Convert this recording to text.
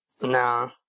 Nah